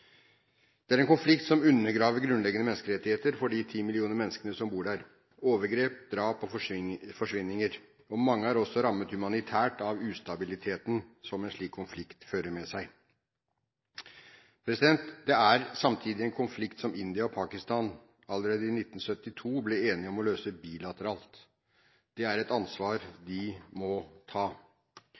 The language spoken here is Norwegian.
Det er en konflikt som undergraver grunnleggende menneskerettigheter for de ti millioner menneskene som bor der. Det er overgrep, drap og forsvinninger, og mange er også rammet humanitært av ustabiliteten som en slik konflikt fører med seg. Det er samtidig en konflikt som India og Pakistan allerede i 1972 ble enige om å løse bilateralt. Det er et ansvar de må ta.